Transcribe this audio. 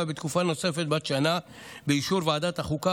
בתקופה נוספת בת שנה באישור ועדת החוקה,